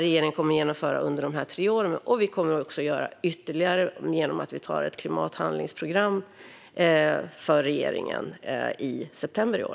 Vi kommer att göra ytterligare genom att vi antar ett klimathandlingsprogram för regeringen i september i år.